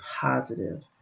positive